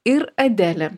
ir adelė